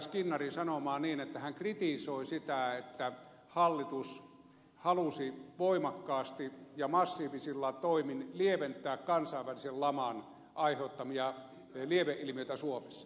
skinnari sanomaa niin että hän kritisoi sitä että hallitus halusi voimakkaasti ja massiivisilla toimin lieventää kansainvälisen laman aiheuttamia lieveilmiöitä suomessa